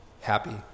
happy